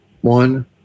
one